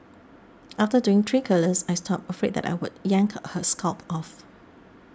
after doing three curlers I stopped afraid that I would yank her scalp off